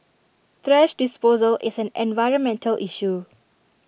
thrash disposal is an environmental issue